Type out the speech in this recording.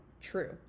true